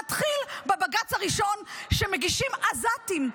נתחיל בבג"ץ הראשון שמגישים עזתים.